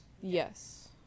Yes